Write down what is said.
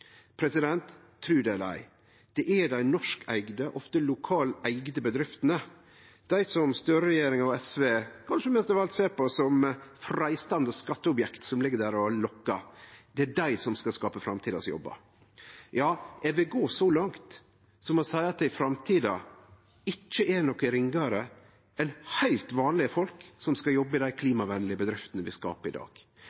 ei, men det er dei norskeigde, ofte lokalt eigde bedriftene – dei som Støre-regjeringa og SV kanskje mest av alt ser på som freistande skatteobjekt som ligg der og lokkar – som skal skape jobbane for framtida. Ja, eg vil gå så langt som å seie at det i framtida ikkje er nokon ringare enn heilt vanlege folk som skal jobbe i dei